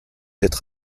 être